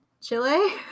Chile